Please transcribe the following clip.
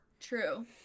True